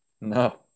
No